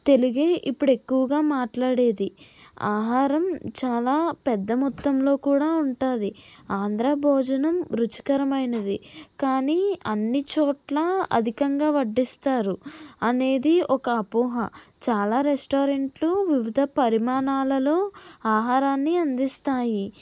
తెలుగే ఇప్పుడు ఎక్కువగా మాట్లాడేది ఆహారం చాలా పెద్ద మొత్తంలో కూడా ఉంటుంది ఆంధ్ర భోజనం రుచికరమైనది కానీ అన్ని చోట్ల అధికంగా వడ్డిస్తారు అనేది ఒక అపోహ చాలా రెస్టారెంట్లు వివిధ పరిమాణాలలో ఆహారాన్ని అందిస్తాయి